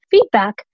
feedback